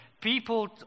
People